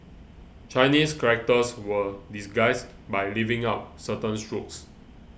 Chinese characters were disguised by leaving out certain strokes